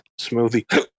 smoothie